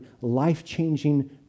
life-changing